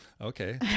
Okay